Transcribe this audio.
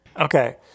Okay